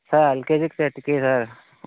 sir ఎల్కెజికి సెర్ట్ కి సర్